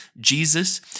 Jesus